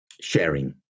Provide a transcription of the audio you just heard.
sharing